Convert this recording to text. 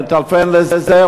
אני מטלפן לזה,